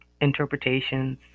interpretations